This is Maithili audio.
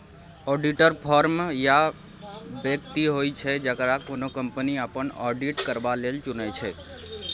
आडिटर फर्म या बेकती होइ छै जकरा कोनो कंपनी अपन आडिट करबा लेल चुनै छै